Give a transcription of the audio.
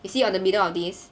you see on the middle of this